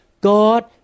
God